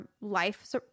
life